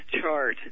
chart